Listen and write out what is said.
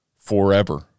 forever